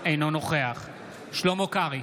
אינו נוכח שלמה קרעי,